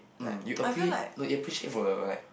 hmm you appre~ you appreciate for the like